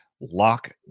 lock